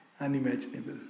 unimaginable